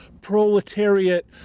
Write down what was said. proletariat